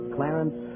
Clarence